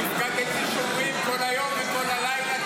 "הפקדתי שמרים כל היום וכל הלילה,